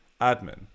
admin